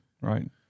right